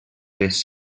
les